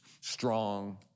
strong